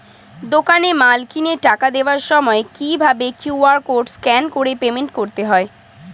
দোকানে মাল কিনে টাকা দেওয়ার সময় কিভাবে কিউ.আর কোড স্ক্যান করে পেমেন্ট করতে হয়?